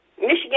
Michigan